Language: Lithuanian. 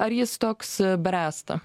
ar jis toks bręsta